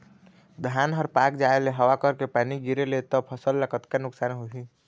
धान हर पाक जाय ले हवा करके पानी गिरे ले त फसल ला कतका नुकसान होही?